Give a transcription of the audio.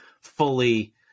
fully